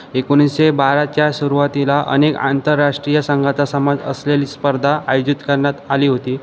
एकोणीसशे बाराच्या सुरुवातीला अनेक आंतरराष्ट्रीय संघाचा समाज असलेली स्पर्धा आयोजित करण्यात आली होती